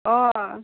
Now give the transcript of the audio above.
अ